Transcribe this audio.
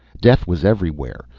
death was everywhere.